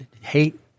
hate